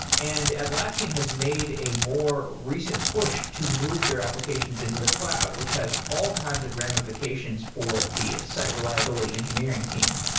and atlassian has made a more recent push to move their applications into the cloud, which has all kinds of ramifications for the sight reliability engineering team.